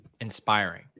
inspiring